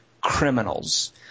criminals